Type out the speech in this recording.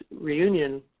reunion